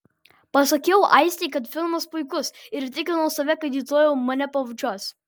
pasakiau aistei kad filmas puikus ir įtikinau save kad ji tuoj mane pabučiuos